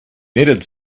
needed